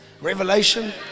Revelation